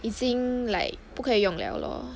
已经 like 不可以用了 lor